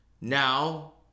Now